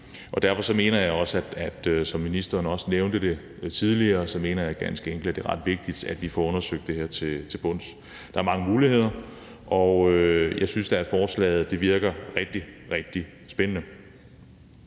og derfor mener jeg også som ministeren, der også nævnte det tidligere, at det ganske enkelt er ret vigtigt, at vi får undersøgt det her til bunds. Der er mange muligheder, og jeg synes da, at forslaget virker rigtig, rigtig spændende.